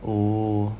oh